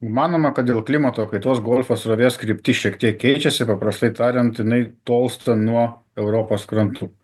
manoma kad dėl klimato kaitos golfo srovės kryptis šiek tiek keičiasi paprastai tariant jinai tolsta nuo europos krantų